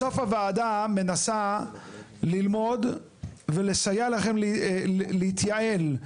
בסוף הוועדה מנסה ללמוד ולסייע לכם להתייעל.